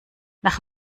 nach